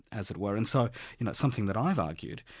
as it were. and so you know something that i've argued,